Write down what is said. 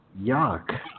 Yuck